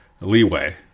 leeway